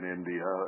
India